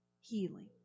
healing